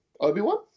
Obi-Wan